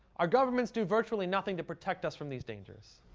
our governments do virtually nothing to protect us from these dangerous.